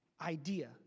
idea